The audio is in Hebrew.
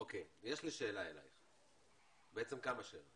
יש לי כמה שאלות.